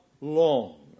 long